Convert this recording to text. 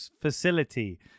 facility